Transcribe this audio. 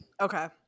Okay